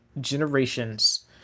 generations